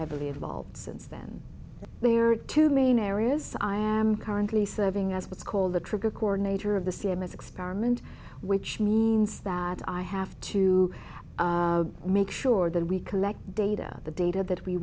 heavily involved since then there are two main areas i am currently serving as what's called the trigger coordinator of the c m s experiment which means that i have to make sure that we collect data the data that we